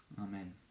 Amen